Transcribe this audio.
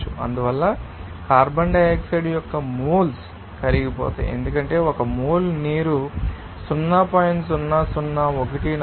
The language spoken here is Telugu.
అందువల్ల కార్బన్ డయాక్సైడ్ యొక్క మోల్స్ కరిగిపోతాయి ఎందుకంటే ఒక మోల్ నీరు 0